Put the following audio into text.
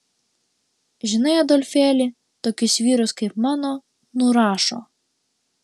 žinai adolfėli tokius vyrus kaip mano nurašo